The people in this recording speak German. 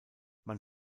man